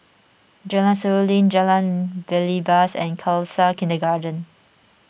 Jalan Seruling Jalan Belibas and Khalsa Kindergarten